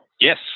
Yes